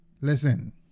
Listen